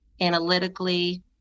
analytically